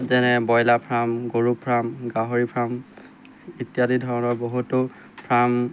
যেনে broiler farm গৰু farm গাহৰি ফ্ৰাম ইত্যাদি ধৰণৰ বহুতো ফ্ৰাম